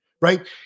right